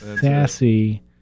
Sassy